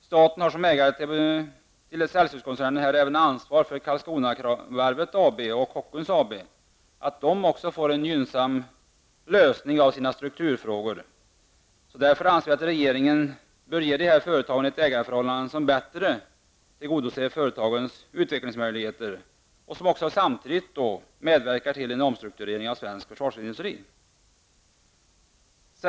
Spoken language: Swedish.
Staten har som ägare till Celciuskoncernen även ansvar för att Karlskronavarvet AB och Kockums AB får en gynnsam lösning av sina strukturfrågor. Därför anser vi att regeringen bör ge dessa företag ett ägarförhållande som bättre tillgodoser företagens utvecklingsmöjligheter och som samtidigt medverkar till en omstrukturering av svensk försvarsindustri.